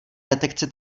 detekce